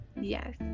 Yes